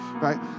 right